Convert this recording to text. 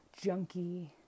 junky